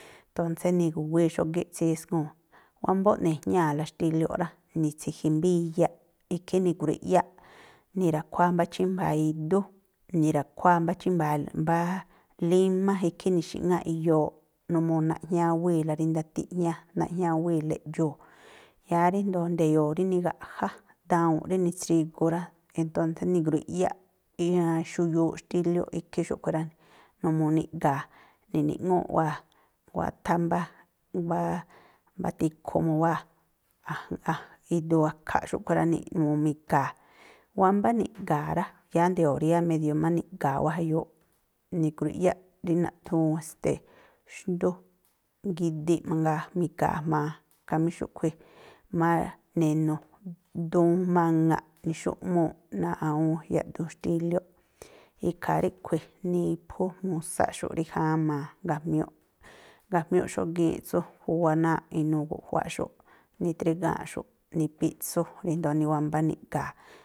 Ntónsé, ni̱gu̱wíí xógíꞌ tsíswuu̱n, wámbóꞌ ne̱jñáa̱la xtílióꞌ rá, ni̱tsiji mbá iyaꞌ, ikhí ni̱grui̱ꞌyá, ni̱ra̱khuáá mbá chímba̱a̱ idú, ni̱ra̱khuáá mbá chímba̱a̱ límá, ikhí ni̱xi̱ꞌŋáꞌ iyooꞌ numuu naꞌjñáwíi̱la rí ndatiꞌjñá, naꞌjñáwíi̱la eꞌdxuu. Yáá ríjndo̱o nde̱yo̱o̱ rí nigaꞌjá dawu̱nꞌ rí ni̱tsrigu rá, entónsé ni̱grui̱ꞌyáꞌ xuyuuꞌ xtílióꞌ ikhí xúꞌkhui̱ rá, numuu niꞌga̱a̱. Ni̱ni̱ꞌŋúu̱ꞌ wáa̱ nguáthá mbá, mbáá mbá ti̱khumu wáa̱ iduu a̱kha̱ꞌ xúꞌkhui̱ rá. mu mi̱ga̱a̱. Wámbá niꞌga̱a̱ rá, yáá nde̱yo̱o̱ rí yáá medio má niꞌga̱a̱ wáa̱ jayuuꞌ, ni̱grui̱ꞌyáꞌ rí naꞌthúún e̱ste̱ xndú ngidiꞌ mangaa mi̱ga̱a̱ jma̱a, khamí xúꞌkhui̱ má ne̱nu̱ duun maŋa̱ꞌ, ni̱xu̱ꞌmúúꞌ náa̱ꞌ awúún yaꞌduun xtílióꞌ. Ikhaa ríꞌkhui̱ niphú musáꞌxu̱ꞌ rí jáma̱a gajmiúꞌ gajmiúꞌ xógíínꞌ tsú júwá náa̱ꞌ inuu guꞌjuáꞌxu̱ꞌ, nitrigáa̱nꞌxu̱ꞌ nipíꞌtsú ríndo̱o niwámbá niꞌga̱a̱.